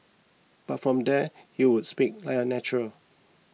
but from there he would speak like a natural